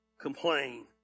complain